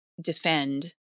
defend